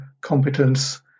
competence